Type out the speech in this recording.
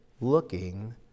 looking